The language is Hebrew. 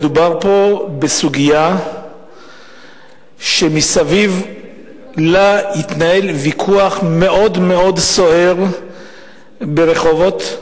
מדובר בסוגיה שמסביב לה התנהל ויכוח מאוד מאוד סוער ברחובות,